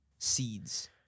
Seeds